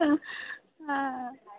ഹാ ആ